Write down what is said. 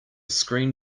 screen